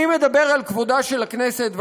אני מדבר על כבודה של הכנסת,